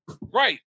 Right